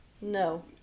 No